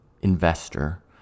investor